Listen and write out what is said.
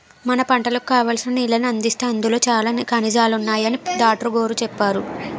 మన పంటలకు కావాల్సిన నీళ్ళను అందిస్తే అందులో చాలా ఖనిజాలున్నాయని డాట్రుగోరు చెప్పేరు